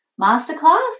masterclass